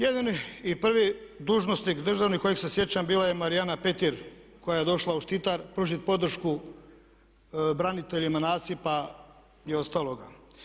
Jedini i prvi dužnosnik, državnik kojeg se sjećam bila je Marijana Petir koja je došla u Štitar pružiti podršku braniteljima nasipa i ostaloga.